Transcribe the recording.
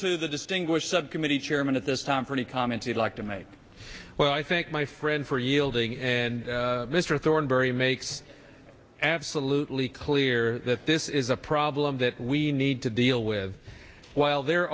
to the distinguished subcommittee chairman at this time pretty commented like tonight well i think my friend for yielding and mr thornberry makes absolutely clear that this is a problem that we need to deal with while there